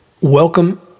Welcome